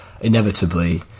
inevitably